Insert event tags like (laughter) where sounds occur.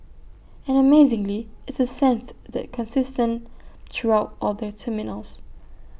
and amazingly it's A (unintelligible) that's consistent throughout all the terminals